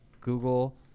Google